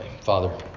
Father